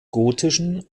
gotischen